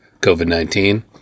COVID-19